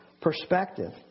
perspective